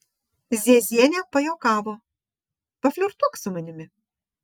ziezienė pajuokavo paflirtuok su manimi